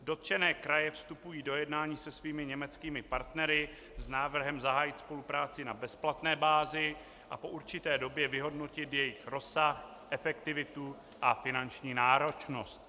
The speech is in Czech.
Dotčené kraje vstupují do jednání se svými německými partnery s návrhem zahájit spolupráci na bezplatné bázi a po určité době vyhodnotit jejich rozsah, efektivitu a finanční náročnost.